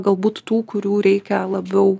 galbūt tų kurių reikia labiau